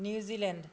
New Zealand